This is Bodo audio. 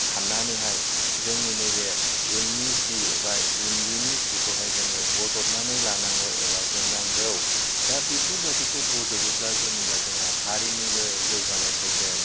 सान्नानैहाय जोंनि नैबे उलनि सि एबा इन्दिनि सिखौहाय जोङो बज'बनानै लानांगौ एबा जोमनांगौ दा बेफोरबादिखौ बज'बोब्ला जों होनबा हारिनिबो जौगानाय फैगोन